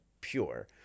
Pure